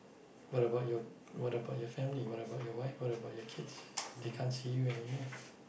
what about your what about your family what about your wife what about your kids they can't see you anymore